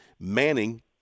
Manning